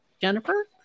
Jennifer